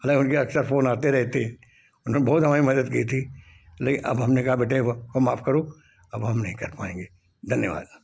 हालाँकि उनके अक्सर फ़ोन आते रहते हैं उन्होंने बहुत हमारी मदद की थी लेकिन अब हमने कहा बेटे अब माफ़ करो अब हम नहीं कर पाएँगे धन्यवाद